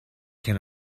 can